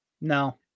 No